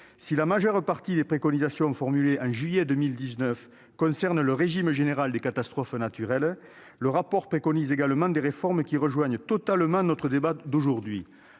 Si la majeure partie des préconisations formulées en juillet 2019 concerne le régime général des catastrophes naturelles, le rapport préconise également des réformes qui rejoignent totalement notre débat d'aujourd'hui.